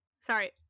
sorry